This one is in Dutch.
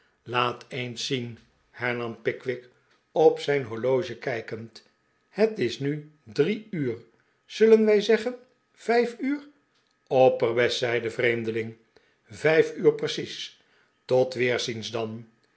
laat eens zi'enl hernam pickwick op zijn horloge kijkend het is nu drie zullen wij zeggen vijf uur opperbest zei de vreemdeling vijf uur precies tot weerziens dan